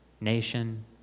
nation